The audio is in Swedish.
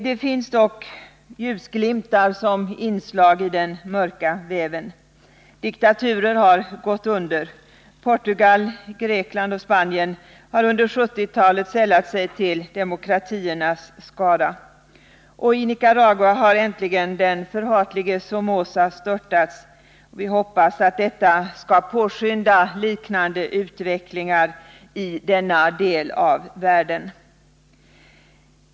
Det finns dock ljusglimtar som inslag i den mörka väven. Diktaturer har gått under. Portugal, Grekland och Spanien har under 1970-talet sällat sig till demokratins skara, och i Nicaragua har äntligen den förhatlige Somoza störtats. Vi hoppas att detta skall påskynda liknande utveckling i denna del av världen.